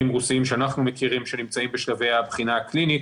רוסיים שאנחנו מכירים שנמצאים בשלבי הבחינה הקלינית